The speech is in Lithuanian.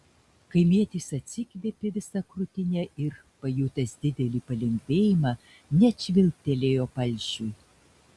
kaimietis atsikvėpė visa krūtine ir pajutęs didelį palengvėjimą net švilptelėjo palšiui